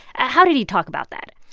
ah how did he talk about that?